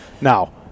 Now